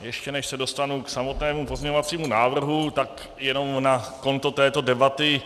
Ještě než se dostanu k samotnému pozměňovacímu návrhu, tak jenom na konto této debaty.